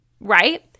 Right